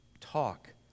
Talk